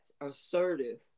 assertive